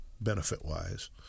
benefit-wise